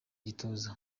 gituza